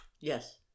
Yes